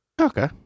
Okay